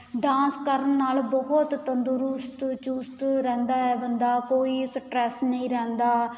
dance ਕਰਨ ਨਾਲ ਬਹੁਤ ਤੰਦਰੁਸਤ ਚੁਸਤ ਰਹਿੰਦਾ ਹੈ ਬੰਦਾ ਕੋਈ ਸਟਰੈਸ ਨਹੀਂ ਰਹਿੰਦਾ